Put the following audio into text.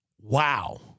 Wow